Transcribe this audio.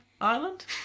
island